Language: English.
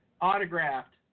autographed